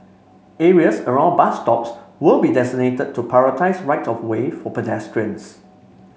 areas around bus stops will be designated to prioritise right of way for pedestrians